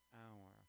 hour